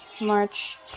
March